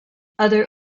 other